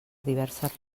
diverses